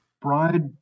bride